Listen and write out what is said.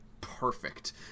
perfect